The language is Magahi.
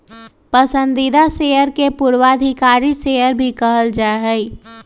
पसंदीदा शेयर के पूर्वाधिकारी शेयर भी कहल जा हई